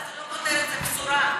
סליחה, זה לא כותרת, זו בשורה.